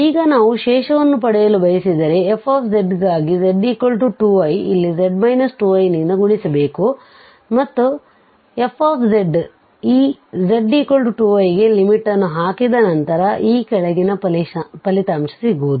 ಈಗ ನಾವು ಶೇಷವನ್ನು ಪಡೆಯಲು ಬಯಸಿದರೆ ಈ f ಗಾಗಿ z 2i ಇಲ್ಲಿ z 2i ನಿಂದ ಗುಣಿಸಬೇಕು ಮತ್ತು ನಂತರ f ಈ z 2i ಗೆ ಲಿಮಿಟ್ ನ್ನು ಹಾಕಿದ ನಂತರ ಈ ಕೆಳಗಿನ ಫಲಿತಾಂಶ ಸಿಗುವುದು